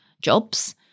jobs